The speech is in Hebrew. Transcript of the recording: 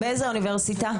באיזה אוניברסיטה?